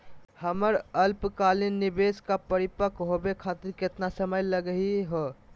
हमर अल्पकालिक निवेस क परिपक्व होवे खातिर केतना समय लगही हो?